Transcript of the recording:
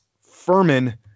Furman